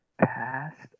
Past